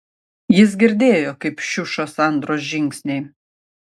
jis girdėjo kaip šiuša sandros žingsniai